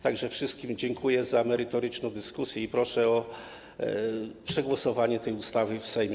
Tak że wszystkim dziękuję za merytoryczną dyskusję i proszę o przegłosowanie tej ustawy w Sejmie.